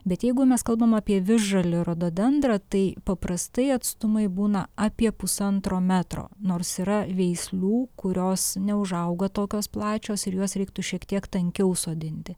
bet jeigu mes kalbam apie visžalį rododendrą tai paprastai atstumai būna apie pusantro metro nors yra veislių kurios neužauga tokios plačios ir juos reiktų šiek tiek tankiau sodinti